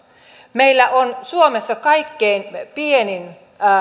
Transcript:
meillä on suomessa kaikkein pienin